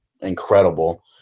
incredible